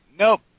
Nope